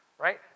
Right